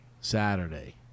Saturday